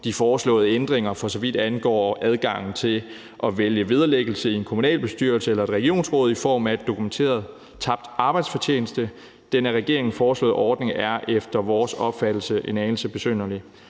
de foreslåede ændringer, for så vidt angår adgangen til at vælge vederlæggelse i en kommunalbestyrelse eller et regionsråd i form af dokumenteret tabt arbejdsfortjeneste. Den af regeringen foreslåede ordning er efter vores opfattelse en anelse besynderlig.